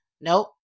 Nope